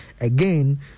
Again